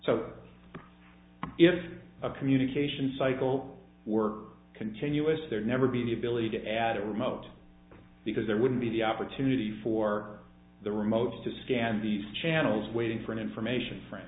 so if a communication cycle were continuous there never be the ability to add a remote because there wouldn't be the opportunity for the remotes to scan the channels waiting for an information fr